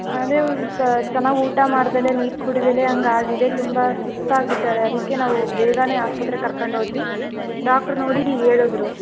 ಅದೇ ಸ್ ಚೆನ್ನಾಗಿ ಊಟ ಮಾಡ್ದೆನೇ ನೀರು ಕುಡಿದೆನೇ ಹಾಗಾಗಿದೆ ತುಂಬ ಸುಸ್ತಾಗಿಬಿಟ್ಟಾಳೆ ಅದಕ್ಕೇ ನಾವು ಬೇಗನೆ ಆಸ್ಪತ್ರೆಗೆ ಕರ್ಕಂಡು ಹೋದ್ವಿ ಡಾಕ್ಟ್ರು ನೋಡಿ ಹೇಳುದ್ರು